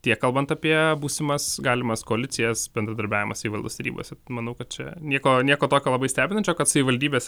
tiek kalbant apie būsimas galimas koalicijas bendradarbiavimą savivaldos tarybose manau kad čia nieko nieko tokio labai stebinančio kad savivaldybės